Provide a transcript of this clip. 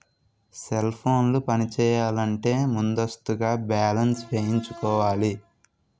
cell ఫోన్లు పనిచేయాలంటే ముందస్తుగా బ్యాలెన్స్ వేయించుకోవాలి